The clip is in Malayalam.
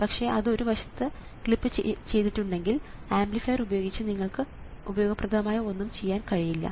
പക്ഷേ അത് ഒരു വശത്ത് ക്ലിപ്പ് ചെയ്തിട്ടുണ്ടെങ്കിൽ ആംപ്ലിഫയർ ഉപയോഗിച്ച് നിങ്ങൾക്ക് ഉപയോഗപ്രദമായ ഒന്നും ചെയ്യാൻ കഴിയില്ല